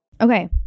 okay